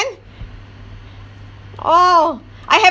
oh I haven't